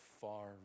far